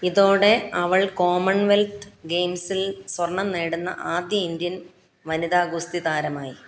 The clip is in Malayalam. ഇതോടെ അവള് കോമൺവെൽത്ത് ഗെയിംസിൽ സ്വർണം നേടുന്ന ആദ്യ ഇന്ത്യൻ വനിതാ ഗുസ്തി താരമായി